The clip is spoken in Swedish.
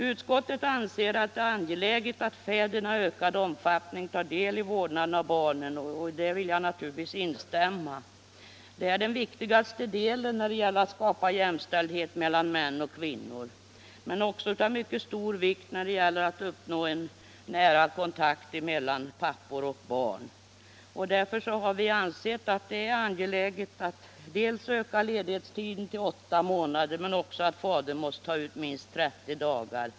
Utskottet anser att det är angeläget att fäderna i ökad omfattning tar del i vårdnaden av barnen, och det vill jag naturligtvis instämma i. Det är den viktigaste delen när det gäller att skapa jämställdhet mellan män och kvinnor. Men det är också av mycket stor vikt när det gäller att uppnå en nära kontakt mellan pappor och barn. Därför har vi ansett att det är angeläget att öka ledighetstiden till åtta månader, men att fäderna då måste ta ut minst 30 dagar.